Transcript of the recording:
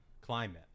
climate